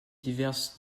diverses